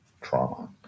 trauma